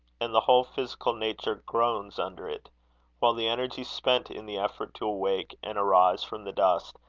and the whole physical nature groans under it while the energy spent in the effort to awake, and arise from the dust,